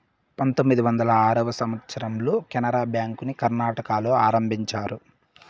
పంతొమ్మిది వందల ఆరో సంవచ్చరంలో కెనరా బ్యాంకుని కర్ణాటకలో ఆరంభించారు